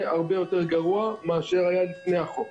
הרבה יותר גרוע מאשר היה לפני החוק.